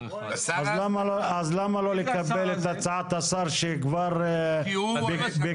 אז למה לא לקבל את הצעת השר שכבר בגלל